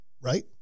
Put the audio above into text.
Right